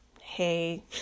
hey